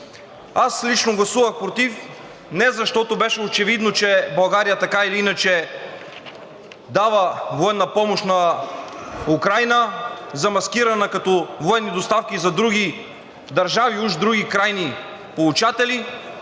Аз лично гласувах против, не защото беше очевидно, че България така или иначе дава военна помощ на Украйна, замаскирана като военни доставки за други държави, уж други крайни получатели.